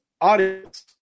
audience